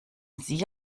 sie